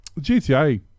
gta